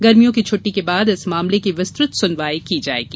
गर्मियों की छुट्टी के बाद इस मामलें की विस्तृत सुनवाई की जायेगी